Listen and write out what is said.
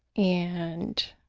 and